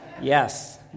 Yes